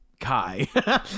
Kai